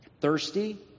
thirsty